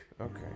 Okay